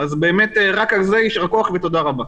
רק על זה יישר כוח ותודה רבה.